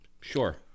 Sure